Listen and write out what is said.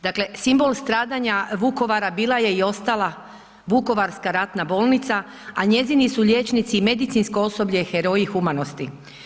Dakle, simbol stradanja Vukovara bila je ostala Vukovarska ratna bolnica, a njezinu su liječnici i medicinsko osoblje heroji humanosti.